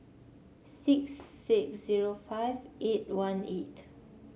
six six zero five eight one eight